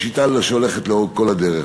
היא שיטה שהולכת לאורך כל הדרך.